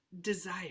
desire